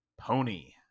Pony